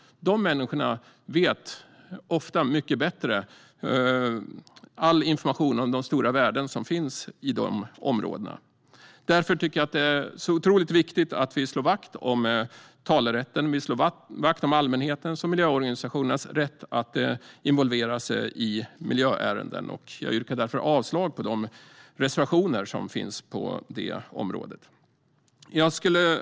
De människorna känner ofta mycket bättre till de stora värden som finns i de områdena. Därför tycker jag att det är otroligt viktigt att vi slår vakt om talerätten och allmänhetens och miljöorganisationernas rätt att involveras i miljöärendena. Jag yrkar därför avslag på de reservationer som finns på det området. Herr talman!